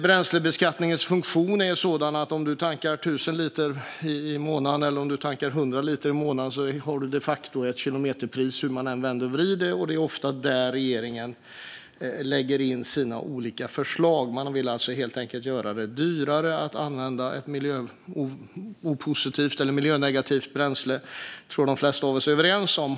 Bränslebeskattningens funktion är sådan att oavsett om man tankar 1 000 eller 100 liter i månaden har man de facto ett kilometerpris. Det är ofta här regeringen lägger fram sina olika förslag. Men vill helt enkelt göra det dyrare att använda ett miljönegativt bränsle, och här är de flesta av oss överens.